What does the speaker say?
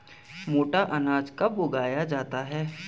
मोटा अनाज कब उगाया जाता है?